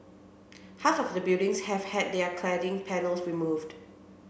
half of the buildings have had their cladding panels removed